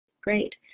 Great